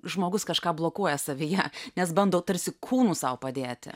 žmogus kažką blokuoja savyje nes bando tarsi kūnu sau padėti